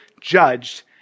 judged